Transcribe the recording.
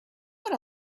what